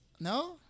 No